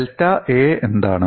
delta A എന്താണ്